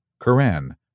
Quran